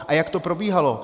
A jak to probíhalo?